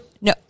No